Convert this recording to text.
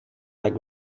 like